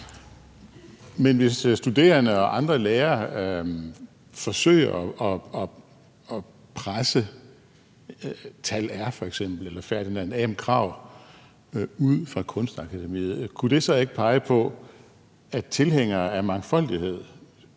Men hvis studerende og andre lærere forsøger at presse f.eks. Tal R eller Ferdinand Ahm Krag ud fra Kunstakademiet, kunne det så ikke pege på, at tilhængere af mangfoldighed